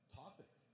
topic